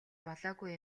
болоогүй